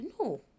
No